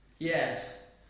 Yes